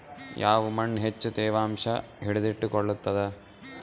ಯಾವ್ ಮಣ್ ಹೆಚ್ಚು ತೇವಾಂಶ ಹಿಡಿದಿಟ್ಟುಕೊಳ್ಳುತ್ತದ?